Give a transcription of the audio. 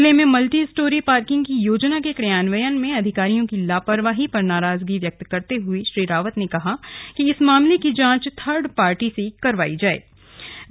जिले में multi storey parking की योजना के क्रियान्वयन में अधिकारियों की लापरवाही पर नाराजगी व्यक्त करते हुए श्री रावत ने इस मामले की जांच थर्ड पार्टी से करवाने के निर्देश दिए